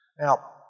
Now